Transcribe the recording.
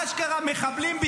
אשכרה מחבלים,